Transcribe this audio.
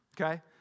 okay